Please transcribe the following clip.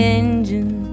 engine